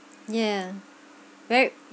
yeah very